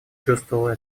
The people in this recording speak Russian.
чувствовал